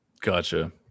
Gotcha